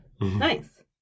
Nice